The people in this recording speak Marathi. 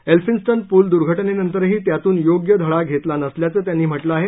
एल्फिन्स्टन पूल दुर्घटनेनंतरही त्यातून योग्य धडा घेतला नसल्याचं त्यांनी म्हटलं आहे